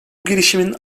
girişimin